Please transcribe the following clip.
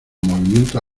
movimientos